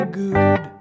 good